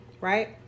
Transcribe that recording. right